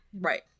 Right